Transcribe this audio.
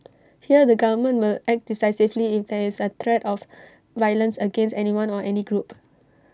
here the government will act decisively if there is threat of violence against anyone or any group